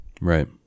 Right